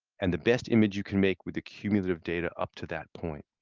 and the best image you can make with a cumulative data up to that point.